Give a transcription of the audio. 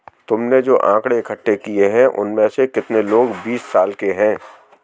तुमने जो आकड़ें इकट्ठे किए हैं, उनमें से कितने लोग बीस साल के हैं?